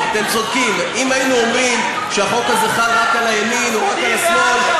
הצעת חוק להגנת הספרות והסופרים בישראל (הוראת שעה) (תיקון,